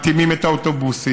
מתאימים את האוטובוסים,